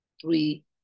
three